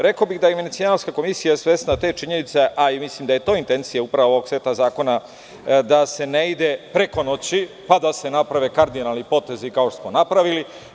Rekao bih da je Venecijanska komisija svesna te činjenice, a mislim da je to intencija ovog seta zakona da se ne ide preko noći pa da se naprave kardinalni potezi kao što smo napravili.